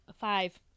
five